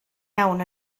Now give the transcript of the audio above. iawn